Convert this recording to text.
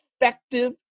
effective